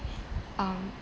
um